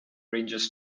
rangers